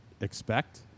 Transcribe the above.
expect